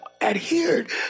adhered